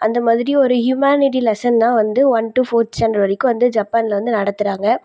அந்த மாதிரி ஒரு ஹியுமானிட்டி லெஸ்ஸன் தான் வந்து ஒன் டு ஃபோர்த் ஸ்டாண்டட் வரைக்கும் வந்து ஜப்பானில் வந்து நடத்துகிறாங்க